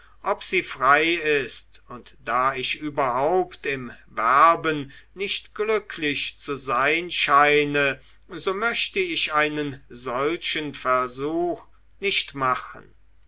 ob sie frei ist und da ich überhaupt im werben nicht glücklich zu sein scheine so möchte ich einen solchen versuch nicht machen